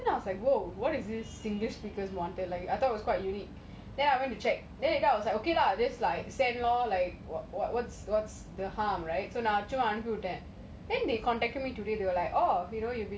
I just click on it lah then it was like oh singlish speakers wanted then I was like oh what is this singlish speakers wanted I thought it was quite unique then I went to check and later I was like okay lah like same lor like what's what's hard right so நான் சும்மா அனுப்பி விட்டான்:naan summa anupi vitan